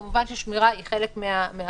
כמובן ששמירה היא חלק מהחריגים.